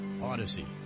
Odyssey